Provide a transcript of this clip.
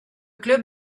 club